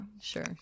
sure